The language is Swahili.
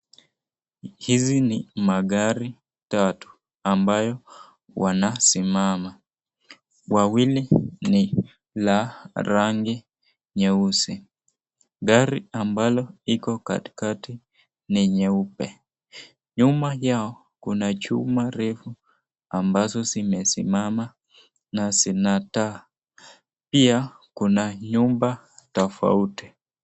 Hizi ni magari tatu ambayo wanasimama. Wawili ni la rangi nyeusi. Gari ambalo iko katikati ni nyeupe. Nyuma yao kuna chuma refu ambazo zimesimama na zina taa. Pia Kuna nyumba tofauti.